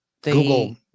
Google